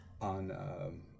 on